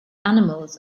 animals